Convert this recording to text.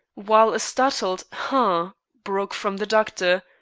while a startled humph! broke from the doctor,